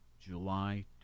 July